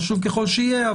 חשוב ככל שיהיה,